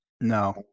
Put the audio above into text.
no